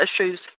issues